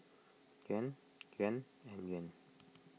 Yuan Yuan and Yuan